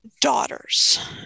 daughters